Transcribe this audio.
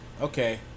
Okay